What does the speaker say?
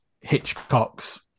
Hitchcock's